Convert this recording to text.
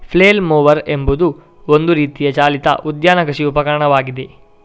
flail mower ಎನ್ನುವುದು ಒಂದು ರೀತಿಯ ಚಾಲಿತ ಉದ್ಯಾನ ಕೃಷಿ ಉಪಕರಣವಾಗಿದೆ